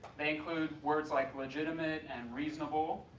they include words like legitimate and reasonable,